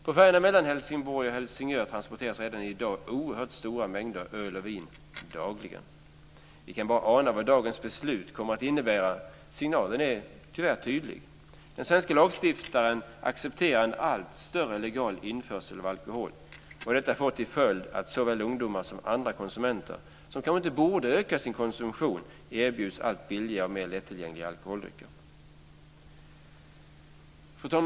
På färjorna mellan Helsingborg och Helsingör transporteras redan i dag oerhört stora mängder öl och vin dagligen. Vi kan bara ana vad dagens beslut kommer att innebära. Signalen är tyvärr tydlig. Den svenska lagstiftaren accepterar en allt större legal införsel av alkohol, och detta får till följd att såväl ungdomar som andra konsumenter som kanske inte borde öka sin konsumtion erbjuds allt billigare och mer lättillgängliga alkoholdrycker. Fru talman!